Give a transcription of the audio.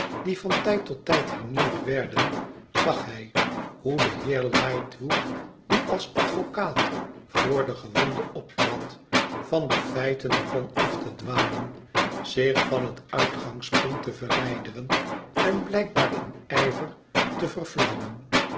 die van tijd tot tijd hernieuwd werden zag hij hoe de heer lightwood die als advocaat voor den gewonde optrad van de feiten beon af te dwalen zich van het uitgangspunt te verwijderen en blijkbaar m ijver te